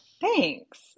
Thanks